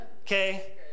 Okay